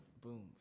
boom